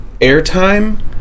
airtime